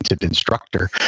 instructor